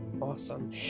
awesome